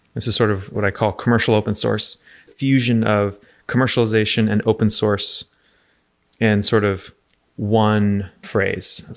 this is sort of what i call commercial open source fusion of commercialization and open source in sort of one phrase.